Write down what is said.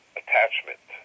attachment